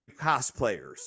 cosplayers